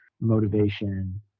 motivation